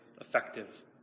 effective